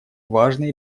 важной